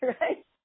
Right